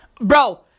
Bro